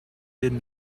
did